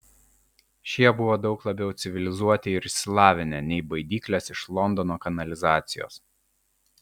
šie buvo daug labiau civilizuoti ir išsilavinę nei baidyklės iš londono kanalizacijos